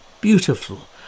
beautiful